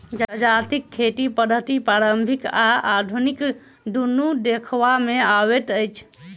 जजातिक खेती पद्धति पारंपरिक आ आधुनिक दुनू देखबा मे अबैत अछि